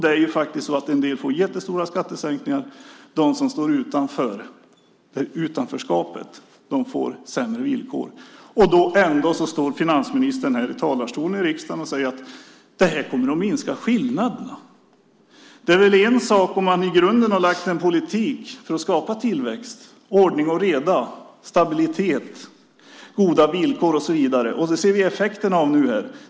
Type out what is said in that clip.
Det är faktiskt så att en del får jättestora skattesänkningar. De som står utanför får sämre villkor. Ändå står finansministern här i talarstolen i riksdagen och säger att det här kommer att minska skillnaderna. Det är väl en annan sak om man i grunden har lagt fast en politik för att skapa tillväxt, ordning och reda, stabilitet, goda villkor och så vidare. Det ser vi effekterna av nu.